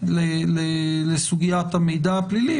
התייחסות לסוגיית המידע הפלילי,